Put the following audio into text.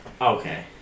Okay